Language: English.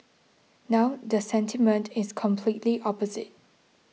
now the sentiment is completely opposite